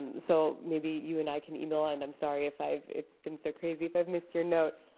so maybe you and i can email and, i'm sorry if i've it's been so crazy if i've missed your note,